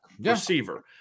receiver